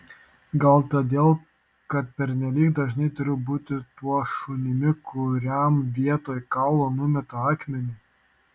gal todėl kad pernelyg dažnai turiu būti tuo šunimi kuriam vietoj kaulo numeta akmenį